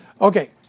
Okay